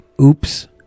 Oops